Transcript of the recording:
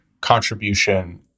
contribution